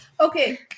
okay